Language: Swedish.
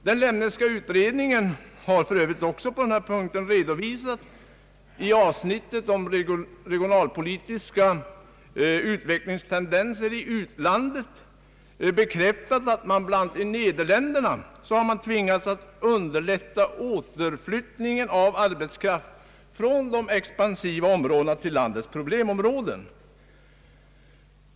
Den Lemneska utredningen har för övrigt också på den här punkten i avsnittet om regionalpolitiska utvecklingstendenser i utlandet redovisat hur man bl.a. i Nederländerna har tvingats att underlätta återflyttningen av arbetskraft från de expansiva områdena till landets problemområden.